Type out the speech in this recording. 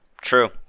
True